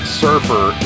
surfer